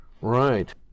Right